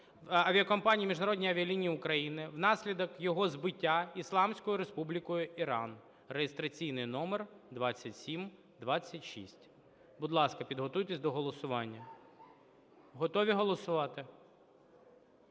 авіакомпанії Міжнародні авіалінії України внаслідок його збиття Ісламською Республікою Іран (реєстраційний номер 2726). Будь ласка, підготуйтесь до голосування. Готові голосувати?